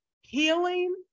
Healing